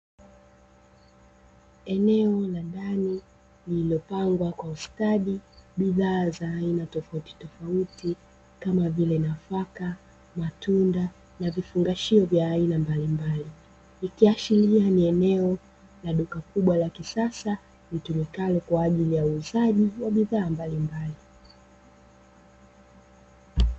Eneo la ndani lililopangwa kwa ustadi bidhaa za aina tofautitofauti kama vile nafaka, matunda na vifungashio vya aina mbalimbali, ikiashiria ni eneo la duka kubwa la kisasa litumikalo kwa ajili ya uuzaji wa bidhaa mbalimbali.